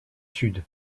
sud